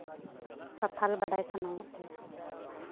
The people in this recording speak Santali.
ᱠᱟᱛᱷᱟ ᱵᱟᱰᱟᱭ ᱥᱟᱱᱟᱭᱮᱫ ᱞᱮᱭᱟ